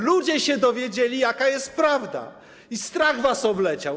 Ludzie się dowiedzieli, jaka jest prawda, i strach was obleciał.